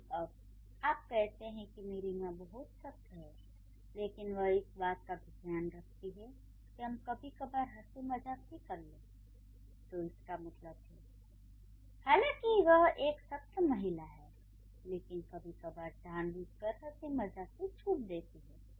लेकिन जब आप कहते है कि मेरी मां बहुत सख्त है लेकिन वह इस बात का भी ध्यान रखती है कि हम कभी कभार हंसी मजाक भी कर लें तो इसका मतलब है हालांकि वह एक सख्त महिला है लेकिन कभी कभार जान बूझकर हंसी मजाक की छूट दे देती है